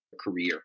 career